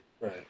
right